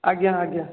ଆଜ୍ଞା ଆଜ୍ଞା